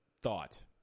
thought